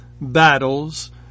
battles